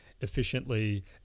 efficiently